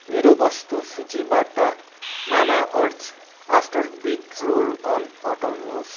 मेरो वस्तु सूचीबाट Mamaearth after bite roll on हटाउनुहोस्